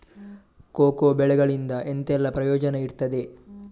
Cocoa ಬೆಳೆಗಳಿಂದ ಎಂತೆಲ್ಲ ಪ್ರಯೋಜನ ಇರ್ತದೆ?